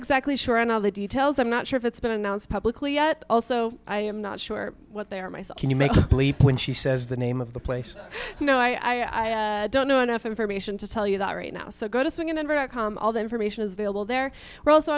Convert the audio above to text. exactly sure on all the details i'm not sure if it's been announced publicly yet also i am not sure what they are my thought can you make the leap when she says the name of the place you know i am i don't know enough information to tell you that right now so go to c n n dot com all the information is available there we're also